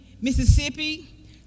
Mississippi